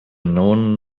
non